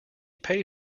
paid